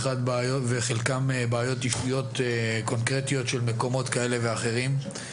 וחלקם בעיות אישיות קונקרטיות של מקומות כאלה ואחרים.